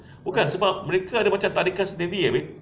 bukan sebab mereka ada macam tarikan sendiri ah babe